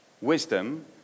Wisdom